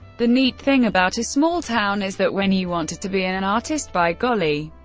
the neat thing about a small town is that when you want to be an an artist, by golly,